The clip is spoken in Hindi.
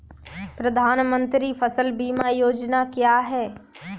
प्रधानमंत्री फसल बीमा योजना क्या है?